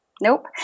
nope